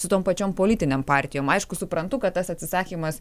su tom pačiom politinėm partijom aišku suprantu kad tas atsisakymas